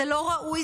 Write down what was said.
זה לא ראוי,